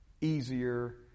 easier